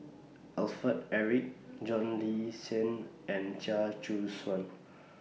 Alfred Eric John Le Cain and Chia Choo Suan